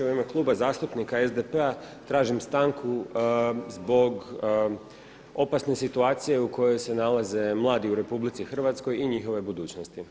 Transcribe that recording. U ime Kluba zastupnika SDP-a tražim stanku zbog opasne situacije u kojoj se nalaze mladi u RH i njihove budućnosti.